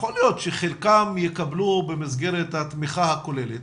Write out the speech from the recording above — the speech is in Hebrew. יכול להיות שחלקם יקבלו במסגרת התמיכה הכוללת,